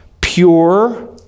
pure